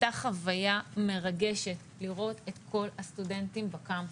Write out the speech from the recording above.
הייתה חוויה מרגשת לראות את כל הסטודנטים בקמפוס.